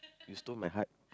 you stole my heart